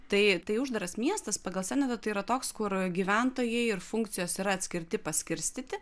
tai tai uždaras miestas pagal senetą tai yra toks kur gyventojai ir funkcijos yra atskirti paskirstyti